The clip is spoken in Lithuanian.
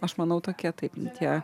aš manau tokie taip tie